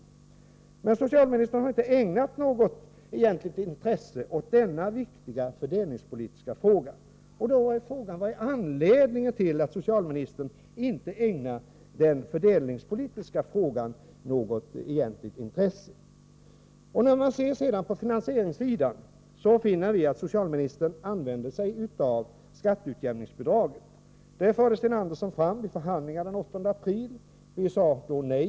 Men socialministern har inte ägnat något egentligt intresse åt denna viktiga fördelningspolitiska fråga. Min fråga blir då: Vad är anledningen till att socialministern inte ägnar något egentligt intresse åt den fördelningspolitiska frågan? Nr 130 När vi tittar på finansieringsidan, finner vi att socialministern använder sig Torsdagen den av skatteutjämningsbidraget. Det förde Sten Andersson fram vid förhand 26 april 1984 lingarna den 8 april.